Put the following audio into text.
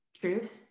truth